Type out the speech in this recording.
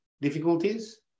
difficulties